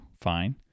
fine